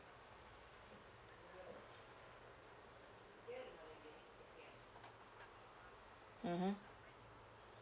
mmhmm